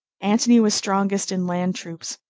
antony was strongest in land troops,